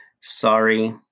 sorry